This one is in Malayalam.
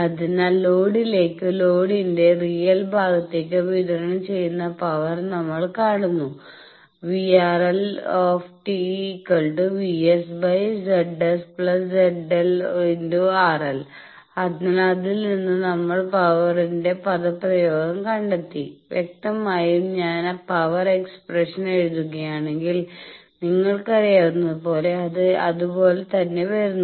അതിനാൽ ലോഡിലേക്കോ ലോഡിന്റെ റിയൽ ഭാഗത്തേക്കോ വിതരണം ചെയ്യുന്ന പവർ നമ്മൾ കാണുന്നു VRL VS ZS ZL RL അതിനാൽ അതിൽ നിന്ന് നമ്മൾ പവർന്റ പദപ്രയോഗം കണ്ടെത്തി വ്യക്തമായും ഞാൻ പവർ എക്സ്പ്രഷൻ എഴുതുകയാണെങ്കിൽ നിങ്ങൾക്കറിയാവുന്നതുപോലെ അത് അതുപോലെ വരുന്നു